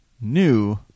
new